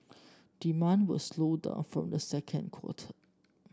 demand will slow down from the second quarter